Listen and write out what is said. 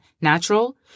natural